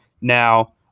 Now